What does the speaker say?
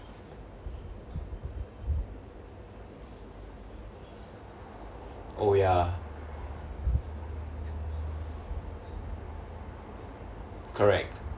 oh ya correct